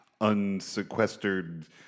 unsequestered